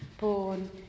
born